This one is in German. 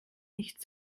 nicht